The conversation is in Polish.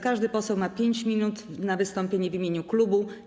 Każdy poseł ma 5 minut na wystąpienie w imieniu klubu.